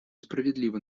справедливо